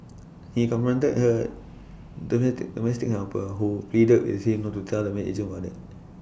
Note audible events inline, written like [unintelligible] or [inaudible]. he confronted her [unintelligible] domestic helper who pleaded with him not to tell the maid agent about IT